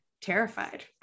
terrified